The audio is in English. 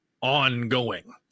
ongoing